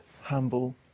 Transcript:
humble